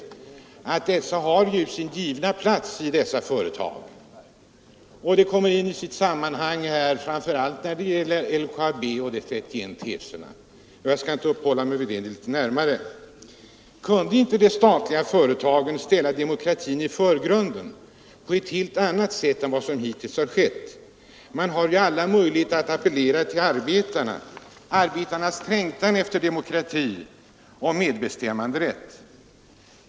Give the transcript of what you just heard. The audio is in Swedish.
Demokratin skulle ju ha sin givna plats i dessa företag, men när det gäller exempelvis LKAB och de 31 teserna ligger det till på ett annat sätt. Jag skall inte närmare uppehålla mig härvid. Kan inte de statliga företagen ställa demokratin i förgrunden på ett helt annat sätt än som hittills skett? Man har ju alla möjligheter att appellera till arbetarna och deras trängtan efter demokrati och medbestämmanderätt.